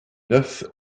neuf